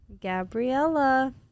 gabriella